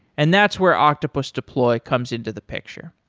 and that's where octopus deploy comes into the picture.